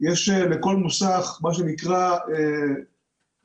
יש לכל מוסך מה שנקרא רישיון.